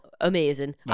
amazing